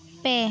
ᱯᱮ